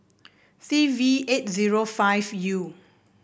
C V eight zero five U